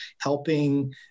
helping